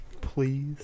Please